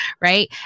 right